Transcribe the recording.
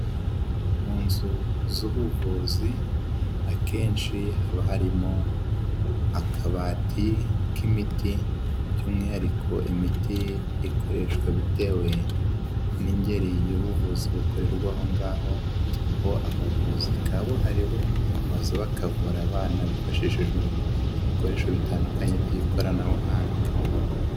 Mu nzu z'ubuvuzi akenshi haba harimo akabati k'imiti by'umwihariko imiti ikoreshwa bitewe n'ingeri y'ubuvuzi bukorerwa aho ngaho abavuzi kabuharirewe, baza bakavura abana bifashishijwe ibikoresho bitandukanye by'ikoranabuhanga.